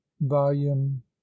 volume